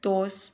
dose